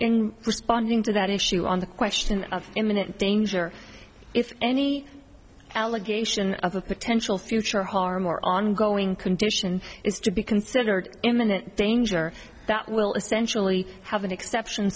responding to that issue on the question of imminent danger if any allegation of a potential future harm or ongoing condition is to be considered imminent danger that will essentially have an exception